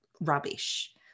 rubbish